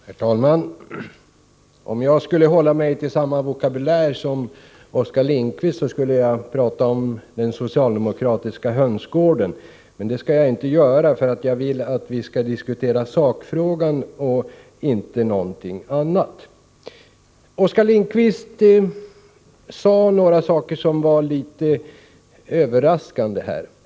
Herr talman! Om jag skulle hålla mig till samma vokabulär som Oskar Lindkvist, skulle jag prata om den socialdemokratiska hönsgården. Men det skall jag inte göra, därför att jag vill att vi skall diskutera sakfrågan och ingenting annat. Oskar Lindkvist gjorde några uttalanden som var litet överraskande.